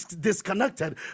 disconnected